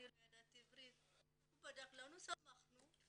ואני לא ידענו עברית, בדק לנו, סמכנו.